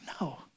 No